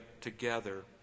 together